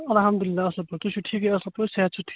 الحمداللہ اصل پٲٹھۍ تُہۍ چھِو ٹھیٖک اصل پٲٹھۍ صحت چھُ ٹھی